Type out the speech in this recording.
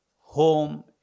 home